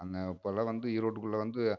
அந்த இப்போல்லாம் வந்து ஈரோட்டுக்குள்ளே வந்து